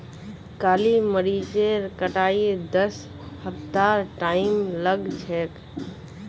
काली मरीचेर कटाईत दस हफ्तार टाइम लाग छेक